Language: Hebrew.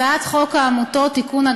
הצעת חוק העמותות (תיקון,